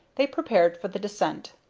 they prepared for the descent.